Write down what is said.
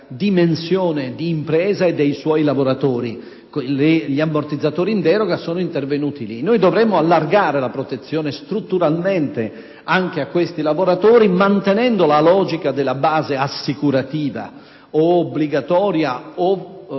dimensione di impresa e dei suoi lavoratori: gli ammortizzatori in deroga sono intervenuti lì. Dovremmo allargare strutturalmente la protezione anche a questi lavoratori, mantenendo la logica della base assicurativa, obbligatoria od